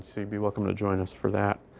so you'd be welcome to join us for that.